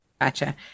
Gotcha